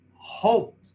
hope